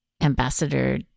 ambassador